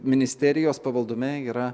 ministerijos pavaldume yra